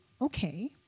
okay